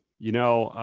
you know,